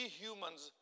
humans